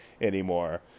anymore